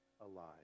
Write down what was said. alive